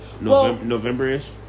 November-ish